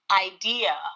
idea